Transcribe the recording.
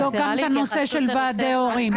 כדאי לבדוק את הנושא של ועדי הורים,